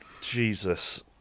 Jesus